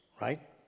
right